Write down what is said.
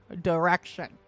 direction